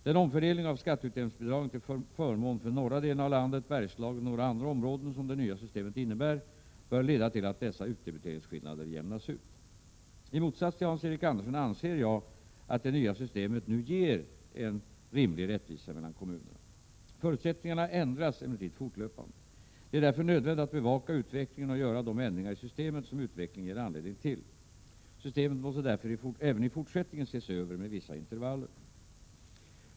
Den omfördelning av skatteutjämningsbidragen till förmån för norra delen av landet, Bergslagen och några andra områden som det nya systemet innebär bör leda till att dessa utdebiteringsskillnader jämnas ut. I motsats till Hans-Eric Andersson anser jag att det nya systemet nu ger en rimlig rättvisa mellan kommunerna. Förutsättningarna ändras emellertid fortlöpande. Det är därför nödvändigt att bevaka utvecklingen och göra de ändringar i systemet som utvecklingen ger anledning till. Systemet måste därför även i fortsättningen ses över med vissa intervaller.